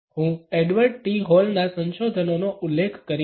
હું Edward T હોલના સંશોધનોનો ઉલ્લેખ કરીશ